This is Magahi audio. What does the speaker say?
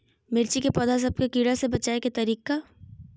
मिर्ची के पौधा सब के कीड़ा से बचाय के तरीका?